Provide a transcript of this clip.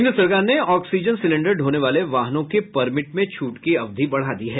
केन्द्र सरकार ने ऑक्सीजन सिलेंडर ढ़ोने वाले वाहनों के परमिट में छूट की अवधि बढ़ा दी है